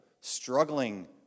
struggling